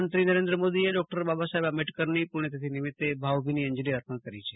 પ્રધાનમંત્રી નરેન્દ્ર મોદીએ ડોક્ટર બાબાસાહેબ આંબેડકરની પુણ્થતિથી નિમિત્ત ભાવભીની અંજલી અર્પણ કરી છે